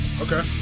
Okay